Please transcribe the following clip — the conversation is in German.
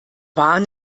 waren